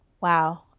Wow